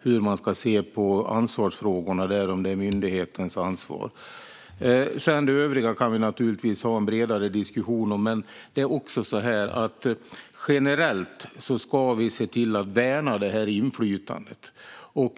hur man ska se på ansvarsfrågorna, om det är myndighetens ansvar eller inte. Det övriga kan vi naturligtvis ha en bredare diskussion om, men generellt ska vi se till att värna detta inflytande.